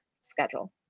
schedule